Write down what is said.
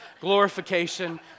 glorification